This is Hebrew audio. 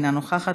אינה נוכחת,